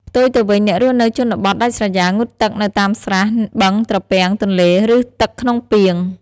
ផ្ទុយទៅវិញ អ្នករស់នៅជនបទដាច់ស្រយាលងូតទឹកនៅតាមស្រះ បឹង ត្រពាំង ទន្លេ ឬ ទឹកក្នុងពាង។